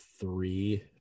three